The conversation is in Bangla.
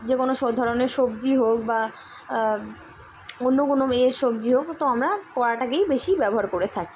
যে কোনো ধরনের সবজি হোক বা অন্য কোনো এয়ের সবজি হোক তো আমরা কড়াটাকেই বেশি ব্যবহার করে থাকি